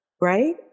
right